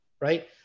right